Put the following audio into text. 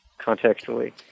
contextually